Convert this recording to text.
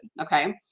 okay